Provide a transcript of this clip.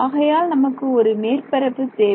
ஆகையால் நமக்கு ஒரு மேற்பரப்பு தேவை